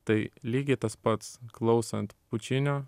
tai lygiai tas pats klausant pučinio